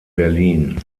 berlin